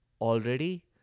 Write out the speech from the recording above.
Already